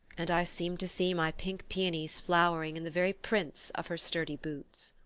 and i seemed to see my pink peonies flowering in the very prints of her sturdy boots!